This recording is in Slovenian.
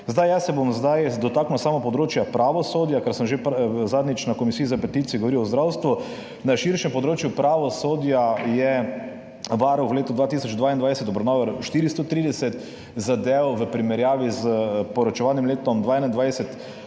praksi. Jaz se bom zdaj dotaknil samo področja pravosodja, ker sem že zadnjič na komisiji za peticije govoril o zdravstvu. Na širšem področju pravosodja je Varuh v letu 2022 obravnaval 430 zadev. V primerjavi s poročevalnim letom 2021